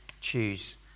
choose